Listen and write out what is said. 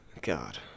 god